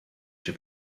się